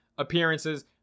appearances